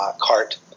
cart